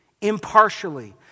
impartially